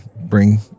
bring